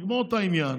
תגמור את העניין